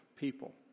People